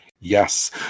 Yes